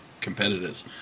competitors